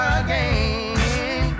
again